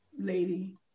Lady